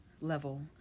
level